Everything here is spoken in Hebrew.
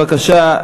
בבקשה,